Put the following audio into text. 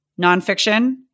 nonfiction